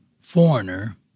foreigner